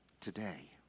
today